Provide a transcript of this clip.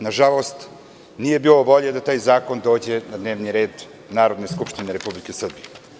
Nažalost, nije bilo volje da taj zakon dođe na dnevni red Narodne skupštine Republike Srbije.